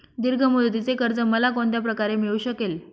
दीर्घ मुदतीचे कर्ज मला कोणत्या प्रकारे मिळू शकेल?